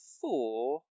four